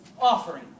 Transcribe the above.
offering